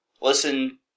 listen